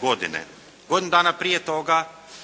godine. Godinu dana prije toga